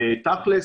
תכל'ס,